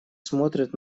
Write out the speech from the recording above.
смотрят